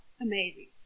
amazing